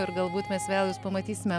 ir galbūt mes vėl jus pamatysime